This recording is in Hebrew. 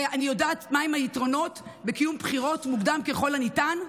ואני יודעת מהם היתרונות בקיום בחירות מוקדם ככל הניתן.